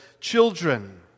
children